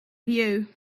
view